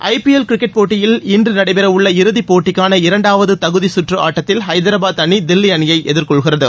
ஐ P L cricket போட்டியில் இன்று நடைபெறவுள்ள இறுதி போட்டிக்கான இரண்டாவது தகுதி கற்று ஆட்டத்தில் ஹைதராபாத் அணி தில்லி அணியை எதிர்கொள்கிறது